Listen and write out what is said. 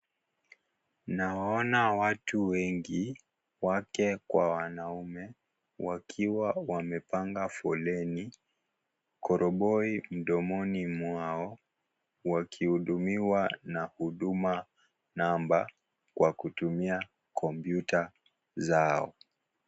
Nawaona watu wengi, wake kwa wanaume wakiwa wamepanga foleni koroboi mdomoni mwao wakihudumiwa na huduma number kwa kutumia kompyuta zao.